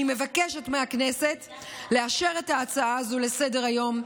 אני מבקשת מהכנסת לאשר את ההצעה הזאת לסדר-היום,